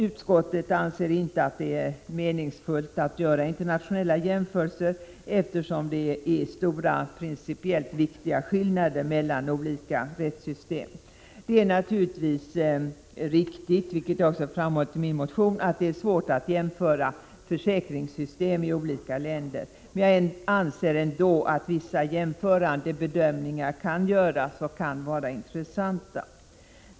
Utskottet anser inte att det är meningsfullt att göra internationella jämförelser, eftersom det är stora, principiellt viktiga skillnader mellan olika rättssystem. Det är naturligtvis riktigt, vilket jag också framhållit i min motion, att det är svårt att jämföra försäkringssystem i olika länder, men jag menar ändå att vissa jämförande bedömningar kan göras och kan vara intressanta.